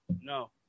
No